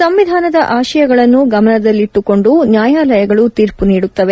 ಸಂವಿಧಾನದ ಆಶಯಗಳನ್ನು ಗಮನದಲ್ಲಿಟ್ಟುಕೊಂಡು ನ್ಯಾಯಾಲಯಗಳು ತೀರ್ಮ ನೀಡುತ್ತವೆ